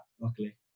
luckily